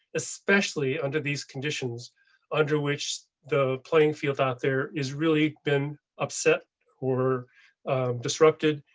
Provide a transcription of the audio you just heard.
especially under these conditions under which the playing field out there is really been upset or disrupted,